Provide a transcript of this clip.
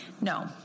No